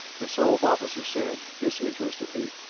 the sov officer said, disinterestedly